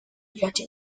judge